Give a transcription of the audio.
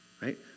Right